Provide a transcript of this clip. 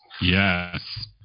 Yes